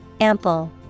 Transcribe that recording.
Ample